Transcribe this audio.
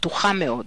פתוחה מאוד.